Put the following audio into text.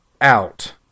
out